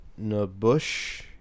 Nabush